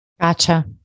Gotcha